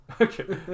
okay